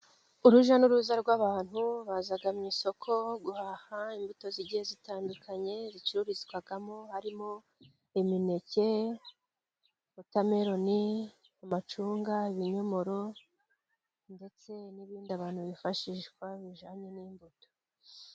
Urujya n'uruza rw'abantu, bazaga mu isoko guhaha imbuto zigiye zitandukanye, ricururizwagamo harimo imineke, otemeloni, amacunga, ibinyomoro ndetse n'ibindi, abantu bifashisha bijanye n'imbuto.